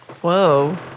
Whoa